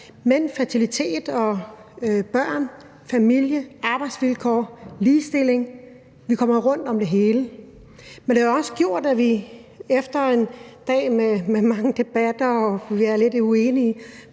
men fertilitet, børn, familie, arbejdsvilkår og ligestilling, og vi kommer jo rundt om det hele. Men det har også gjort, at vi efter en dag med mange debatter, og hvor vi er lidt uenige,